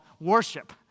worship